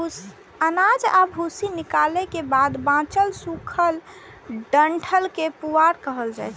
अनाज आ भूसी निकालै के बाद बांचल सूखल डंठल कें पुआर कहल जाइ छै